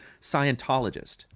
Scientologist